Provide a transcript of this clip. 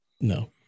no